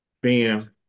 Bam